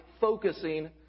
focusing